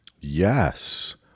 Yes